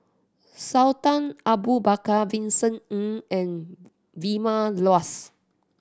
Sultan Abu Bakar Vincent Ng and Vilma Laus